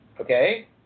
okay